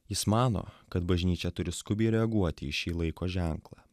jis mano kad bažnyčia turi skubiai reaguoti į šį laiko ženklą